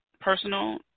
personal